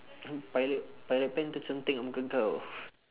pilot pilot pen terconteng kat muka kau